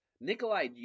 Nikolai